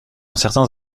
certains